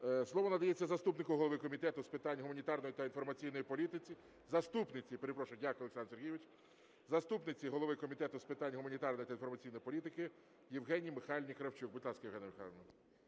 Сергійович), заступниці голови Комітету з питань гуманітарної та інформаційної політики Євгенії Михайлівні Кравчук.